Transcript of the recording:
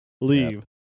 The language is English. leave